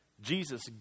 Jesus